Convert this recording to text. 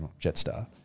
Jetstar